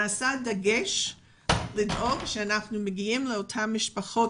ניתן דגש על כך שאנחנו מגיעים לאותן משפחות,